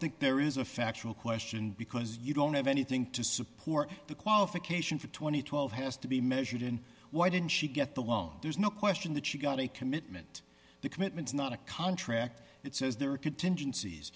think there is a factual question because you don't have anything to support the qualification for two thousand and twelve has to be measured and why didn't she get the loan there's no question that she got a commitment the commitment is not a contract it says there are contingencies